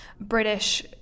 British